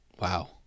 wow